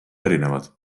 erinevad